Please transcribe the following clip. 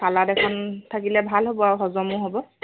salad এখন থাকিলে ভাল হ'ব আৰু হজমো হ'ব